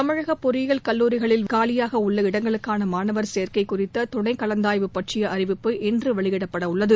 தமிழக பொறியியல் கல்லூரிகளில் காலியாக உள்ள இடங்களுக்கான மாணவர் சேர்க்கை குறித்த துணை கலந்தாய்வு பற்றிய அறிவிப்பு இன்று வெளியிடப்படவுள்ளது